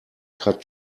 cut